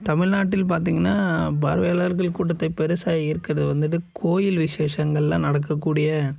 தமிழ்நாட்டில் பார்த்தீங்கனா பார்வையாளர்கள் கூட்டத்தை பெருசாக ஈர்க்கிறது வந்துட்டு கோயில் விசேஷங்களில் நடக்கக்கூடிய